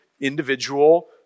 individual